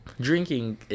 Drinking